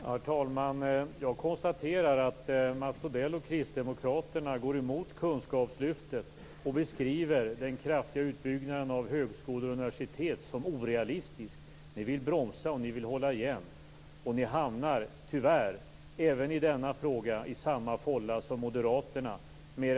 Herr talman! Jag konstaterar att Mats Odell och Kristdemokraterna går emot kunskapslyftet och beskriver den kraftiga utbyggnaden av högskolor och universitet som orealistisk. Ni vill bromsa, och ni vill hålla igen. Med den här i grunden djupt reaktionära terminologin hamnar ni tyvärr även i denna fråga i samma fålla som Moderaterna.